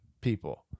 people